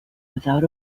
without